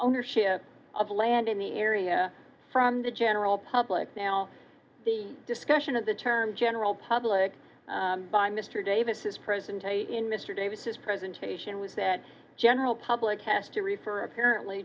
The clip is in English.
ownership of land in the area from the general public now the discussion of the term general public by mr davis is present in mr davis's presentation was that general public test to refer apparently